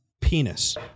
penis